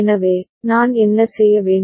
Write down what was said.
எனவே நான் என்ன செய்ய வேண்டும்